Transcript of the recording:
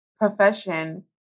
profession